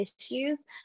issues